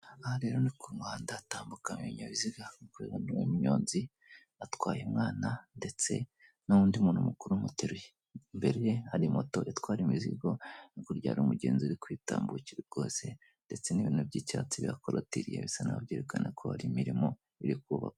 Aha rero ni ku muhanda hatambukamo ibinyabiziga nk'uko ubibona umunyonzi atwaye umwana ndetse n'undi muntu mukuru umuteruye, imbere hari moto itwara imizigo hakurya hari umugenzi uri kwitambukira rwose ndetse n'ibintu by'icyatsi bihakoralotiriye bisa n'aho byerekana ko hari imirimo iri kubaka.